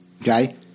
okay